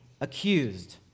accused